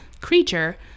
creature